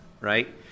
right